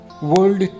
World